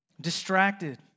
distracted